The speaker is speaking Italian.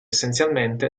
essenzialmente